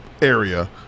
Area